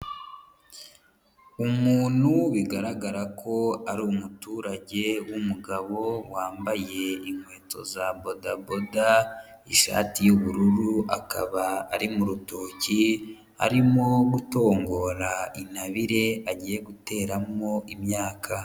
Umuntu bigaragara ko ari umuturage w'umugabo, wambaye inkweto za bodaboda, ishati y'ubururu, akaba ari mu rutoki, arimo gutongora intabire agiye guteramo imyaka.